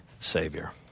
Savior